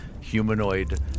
humanoid